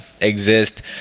exist